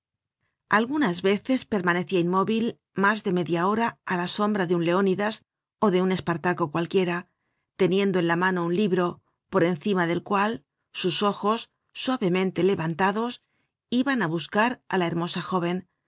gunas veces permanecia inmóvil mas de media hora á la sombra de un leonidas ó de un espartaco cualquiera teniendo en la mano un libro por encima del cual sus ojos suavemente levantados iban á buscar á la hermosa jóven